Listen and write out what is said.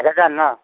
এহেজাৰ ন